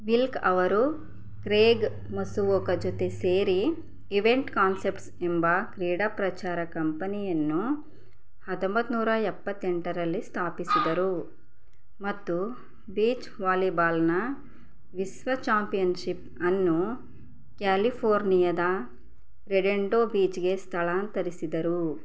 Wilk ಅವರು Craig ಮಸೂವಕ ಜೊತೆ ಸೇರಿ ಇವೆಂಟ್ ಕಾನ್ಸೆಪ್ಟ್ಸ್ ಎಂಬ ಕ್ರಿಡಾ ಪ್ರಚಾರ ಕಂಪನಿಯನ್ನು ಹತಂಬತ್ತು ನೂರ ಎಪ್ಪತೆಂಟರಲ್ಲಿ ಸ್ಥಾಪಿಸಿದರು ಮತ್ತು ಬೀಚ್ ವಾಲಿಬಾಲ್ನ ವಿಸ್ರ ಚಾಂಪಿಯನ್ಶಿಪ್ ಅನ್ನು ಕ್ಯಾಲಿಫೋರ್ನಿಯದ ರೆಡೆಂಡೋ ಬೀಚ್ಗೆ ಸ್ಥಾಳಾಂತರಿಸಿದರು